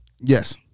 Yes